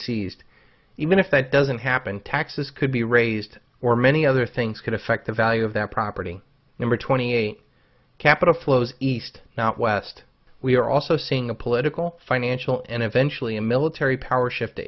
seized even if that doesn't happen taxes could be raised or many other things could affect the value of that property number twenty eight capital flows east not west we are also seeing a political financial and eventually a military power shift to